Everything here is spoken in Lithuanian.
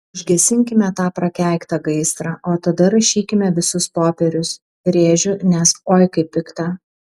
užgesinkime tą prakeiktą gaisrą o tada rašykime visus popierius rėžiu nes oi kaip pikta